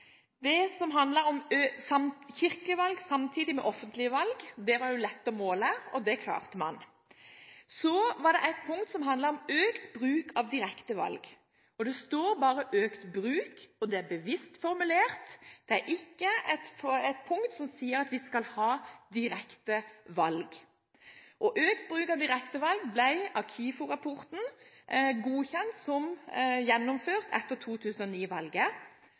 Det som handlet om kirkevalg samtidig med offentlig valg, var lett å måle, og det klarte man. Så var det et punkt som handlet om økt bruk av direkte valg. Det står bare økt bruk. Det er bevisst formulert. Det er ikke et punkt som sier at vi skal ha direkte valg. Økt bruk av direkte valg ble av KIFO-rapporten godkjent som gjennomført etter